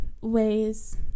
ways